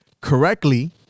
correctly